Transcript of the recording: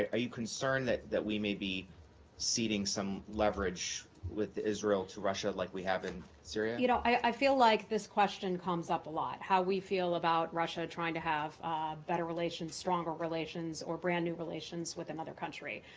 are you concerned that that we may be ceding some leverage with israel to russia, like we have in syria? ms nauert you know i feel like this question comes up a lot, how we feel about russia trying to have better relations, stronger relations, or brand-new relations with another country.